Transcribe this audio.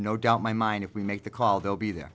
no doubt my mind if we make the call they'll be there